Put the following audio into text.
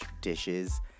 dishes